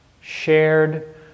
Shared